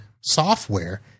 software